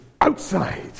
outside